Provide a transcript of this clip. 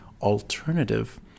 alternative